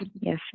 Yes